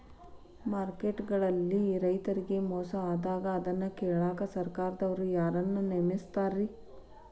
Market ಗಳಲ್ಲಿ ರೈತರಿಗೆ ಮೋಸ ಆದಾಗ ಅದನ್ನ ಕೇಳಾಕ್ ಸರಕಾರದವರು ಯಾರನ್ನಾ ನೇಮಿಸಿರ್ತಾರಿ?